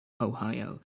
Ohio